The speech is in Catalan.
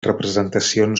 representacions